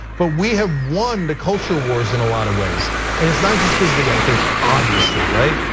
but we have won the culture wars in a lot of ways and it's not just because the youngsters obviously right,